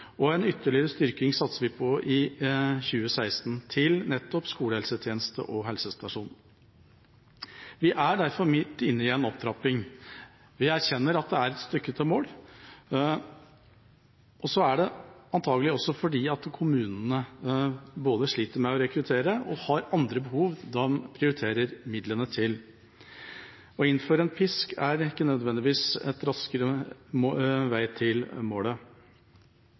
og en ytterligere styrking satser vi på i 2016 til nettopp skolehelsetjeneste og helsestasjon. Vi er derfor midt inne i en opptrapping. Jeg erkjenner at det er et stykke til mål. Det er antakelig også fordi kommunene både sliter med å rekruttere og har andre behov de prioriterer midlene til. Å innføre en pisk er ikke nødvendigvis en raskere vei til målet.